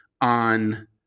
on